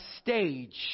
stage